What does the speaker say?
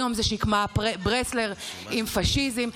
היום זאת שקמה ברסלר עם פשיזם.